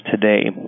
today